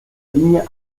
ligne